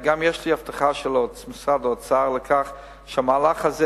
גם יש לי הבטחה של משרד האוצר שהמהלך הזה